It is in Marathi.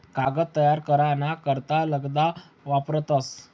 कागद तयार करा ना करता लगदा वापरतस